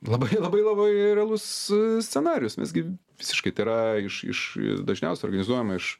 labai labai labai realus scenarijus mes gi visiškai tai yra iš iš dažniausiai organizuojama iš